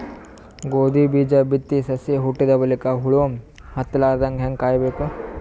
ಗೋಧಿ ಬೀಜ ಬಿತ್ತಿ ಸಸಿ ಹುಟ್ಟಿದ ಬಲಿಕ ಹುಳ ಹತ್ತಲಾರದಂಗ ಹೇಂಗ ಕಾಯಬೇಕು?